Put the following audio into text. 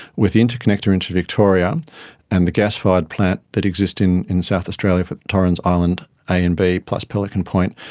with the interconnector into victoria and the gas-fired plants that exist in in south australia for torrens island a and b plus pelican point,